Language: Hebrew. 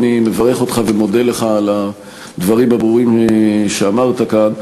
אני מברך אותך ומודה לך על הדברים הברורים שאמרת כאן.